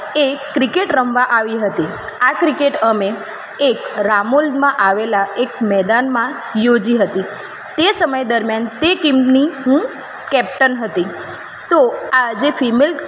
એ cricket રમવા આવી હતી આ ક્રિકેટ અમે એક રામોલમાં આવેલાં એક મેદાનમાં યોજી હતી તે સમય દરમ્યાન તે ટીમની હું કેપ્ટન હતી તો આજે ફીમેલ